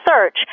search